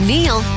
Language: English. Neil